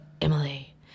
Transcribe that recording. Emily